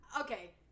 okay